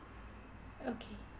okay